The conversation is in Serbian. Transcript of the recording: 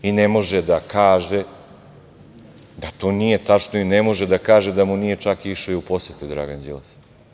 I ne može da kaže da to nije tačno i ne može da kaže da mu nije čak išao i u posete Dragan Đilas.